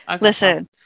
listen